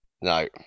No